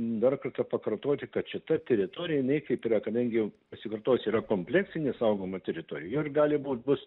dar kartą pakartoti kad šita teritorija jinai kaip yra kadangi pasikartosiu yra kompleksinė saugoma teritorija ir gali būti bus